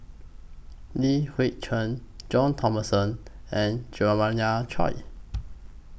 Li Hui Cheng John Thomson and Jeremiah Choy